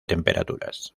temperaturas